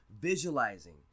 visualizing